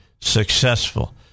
successful